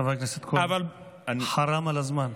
חבר הכנסת כהן, חראם על הזמן.